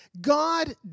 God